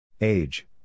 Age